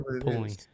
pulling